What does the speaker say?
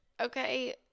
okay